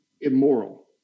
immoral